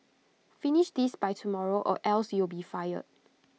finish this by tomorrow or else you'll be fired